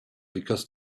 because